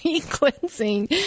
cleansing